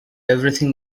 everything